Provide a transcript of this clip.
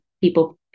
people